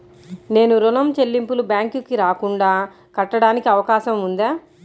నేను ఋణం చెల్లింపులు బ్యాంకుకి రాకుండా కట్టడానికి అవకాశం ఉందా?